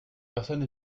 personnes